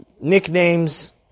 nicknames